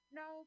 no